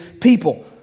people